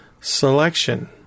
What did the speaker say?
selection